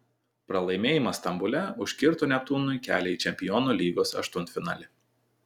pralaimėjimas stambule užkirto neptūnui kelią į čempionų lygos aštuntfinalį